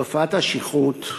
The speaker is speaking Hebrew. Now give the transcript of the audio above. תופעת השכרות,